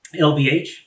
LBH